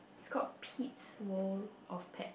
is called Pete's World of Pet